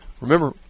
remember